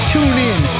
TuneIn